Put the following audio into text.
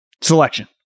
selection